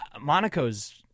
Monaco's